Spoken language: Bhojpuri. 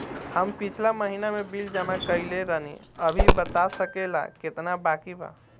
हम पिछला महीना में बिल जमा कइले रनि अभी बता सकेला केतना बाकि बा?